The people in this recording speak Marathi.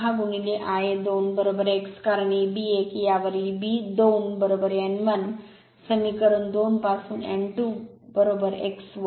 कारण Eb 1 यावर Eb 2 n 1समीकरण 2 पासून एन 2 x वर